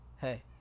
hey